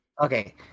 Okay